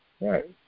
Right